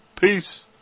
Peace